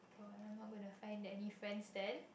oh go I'm not gonna find that any friends then